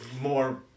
more